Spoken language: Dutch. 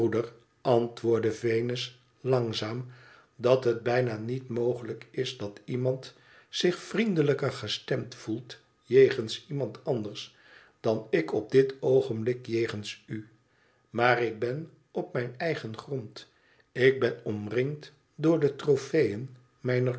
antwoordde venus langzaam dat het bijna niet mogelijk is dat iemand zich vriendelijker gestemd voelt jegens iemand anders dan ik op dit oogenblik jegens u maar ik ben op mijn eigen grond ik ben omringd door de tropeën mijner